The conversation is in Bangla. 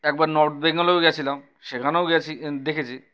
একবার নর্থ বেঙ্গলেও গেছিলাম সেখানেও গেছি দেখেছি